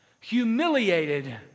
humiliated